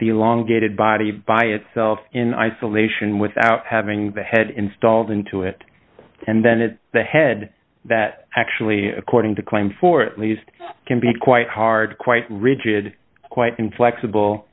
the long gated body by itself in isolation without having the head installed into it and then in the head that actually according to claim for at least i can be quite hard quite rigid quite inflexible